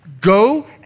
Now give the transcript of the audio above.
Go